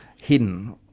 hidden